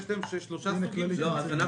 שיש להם שלושה סוגים של בדיקות?